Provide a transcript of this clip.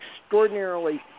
extraordinarily